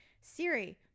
Siri